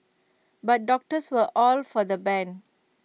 but doctors were all for the ban